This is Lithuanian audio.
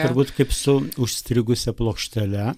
turbūt kaip su užstrigusia plokštele